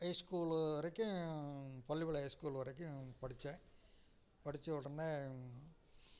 high school வரைக்கும் Pallipalayam school வரைக்கும் படித்தேன் படித்த உடனே